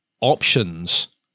options